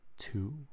Two